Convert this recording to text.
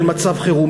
של מצב חירום.